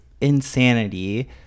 insanity